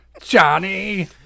Johnny